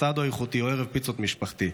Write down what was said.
אסאדו איכותי או ערב פיצות משפחתי.